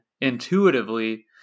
intuitively